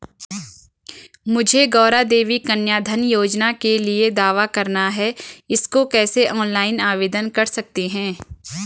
मुझे गौरा देवी कन्या धन योजना के लिए दावा करना है इसको कैसे ऑनलाइन आवेदन कर सकते हैं?